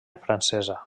francesa